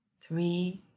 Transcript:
three